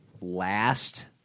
last